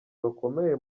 bakomeye